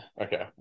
Okay